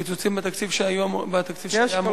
הקיצוצים בתקציב מהתקציב שהיה אמור להיות,